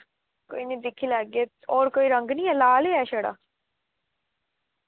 कोई निं दिक्खी लैगे होर कोई रंग निं ऐ लाल गै छड़ा